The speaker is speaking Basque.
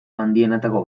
handienetako